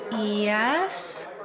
Yes